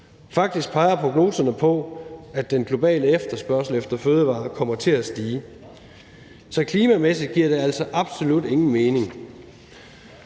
faktisk peger prognoserne på, at den globale efterspørgsel efter fødevarer kommer til at stige. Så klimamæssigt giver det absolut ingen mening.